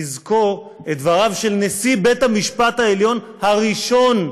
לזכור את דבריו של נשיא בית-המשפט העליון הראשון,